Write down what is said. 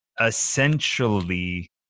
essentially